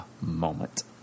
moment